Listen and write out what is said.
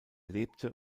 lebte